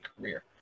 career